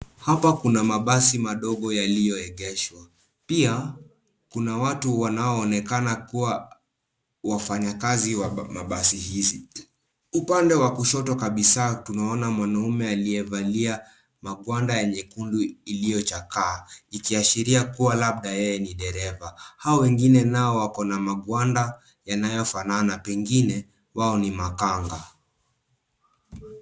Hapa kuna mabasi madogo yaliyoegeshwa. Pia, kuna watu wanaoonekana kuwa wafanyakazi wa mabasi hizi. Upande wa kushoto kabisa tunaona mwanaume aliyevalia magwanda ya nyekundu iliyochakaa, ikiashiria kuwa labda yeye ni dereva. Hao wengine nao wako na magwanda yanayofanana, pengine wao ni makanga.